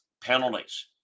Penalties